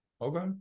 Okay